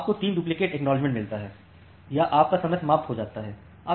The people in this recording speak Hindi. आपको 3 डुप्लिकेट एकनॉलेजमेन्ट मिलता है या आप का समय समाप्त हो जाता हैं